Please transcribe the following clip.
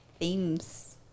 themes